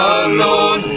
alone